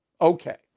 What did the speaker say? Okay